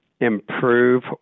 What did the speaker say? improve